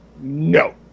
No